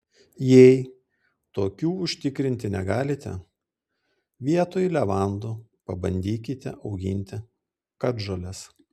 jei tokių užtikrinti negalite vietoj levandų pabandykite auginti katžoles